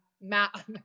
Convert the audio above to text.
Matt